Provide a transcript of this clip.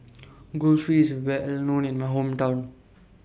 Kulfi IS Well known in My Hometown